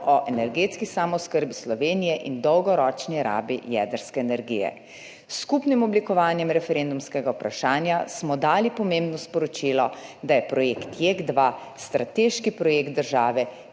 o energetski samooskrbi Slovenije in dolgoročni rabi jedrske energije. S skupnim oblikovanjem referendumskega vprašanja smo dali pomembno sporočilo, da je projekt JEK2 strateški projekt države,